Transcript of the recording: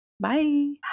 Bye